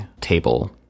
table